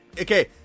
Okay